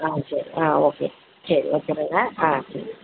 ஆ சரி ஆ ஓகே சரி ஓகே தானே